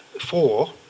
four